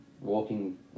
walking